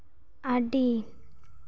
ᱟᱹᱰᱤ